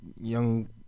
young